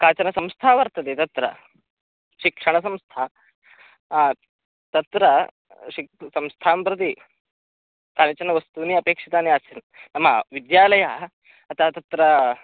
काचन संस्था वर्तते तत्र शिक्षणसंस्था तत्र शिक्षणसंस्थां प्रति कानिचन वस्तूनि अपेक्षितानि आसन् नाम विद्यालयः अतः तत्र